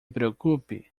preocupe